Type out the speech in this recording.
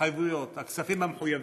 ההתחייבויות, הכספים המחויבים.